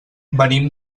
venim